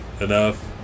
enough